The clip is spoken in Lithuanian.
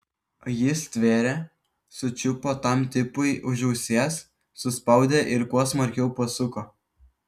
jis stvėrė sučiupo tam tipui už ausies suspaudė ir kuo smarkiau pasuko